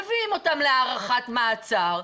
מביאים אותם להארכת מעצר,